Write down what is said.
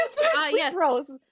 Yes